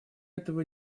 этого